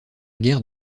guerre